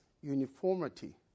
uniformity